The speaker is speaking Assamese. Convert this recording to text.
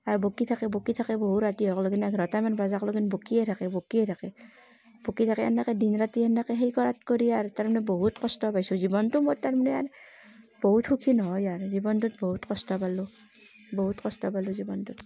আৰু বকি থাকে বকি থাকে বহুত ৰাতি হোৱাক লগিন এঘৰটামান বাজাক লগিন বকিয়েই থাকে বকিয়েই থাকে বকি থাকে এনেকে দিন ৰাতি সেনেকৈ সেই কৰাত কৰি আৰু তাৰমানে বহুত কষ্ট পাইছোঁ জীৱনটো মোৰ তাৰমানে আৰু বহুত সুখী নহয় আৰ জীৱনটোত বহুত কষ্ট পালোঁ বহুত কষ্ট পালোঁ জীৱনটোত